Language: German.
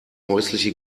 häusliche